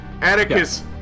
Atticus